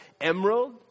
emerald